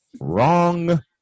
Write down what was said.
Wrong